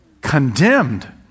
Condemned